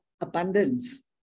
abundance